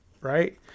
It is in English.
right